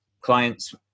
clients